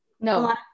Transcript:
No